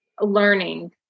learning